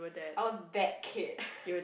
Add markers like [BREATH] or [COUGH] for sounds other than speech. I was that kid [BREATH]